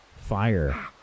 fire